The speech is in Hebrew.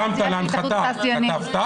הרמת להנחתה, חטפת.